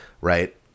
right